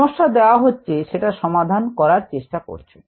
সমস্যা দেওয়া হচ্ছে সেটা সমাধান করার চেষ্টা করছো